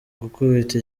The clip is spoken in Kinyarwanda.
gukubita